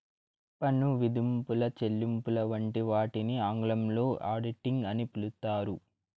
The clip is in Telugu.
పన్ను విధింపులు, చెల్లింపులు వంటి వాటిని ఆంగ్లంలో ఆడిటింగ్ అని పిలుత్తారు